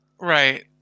right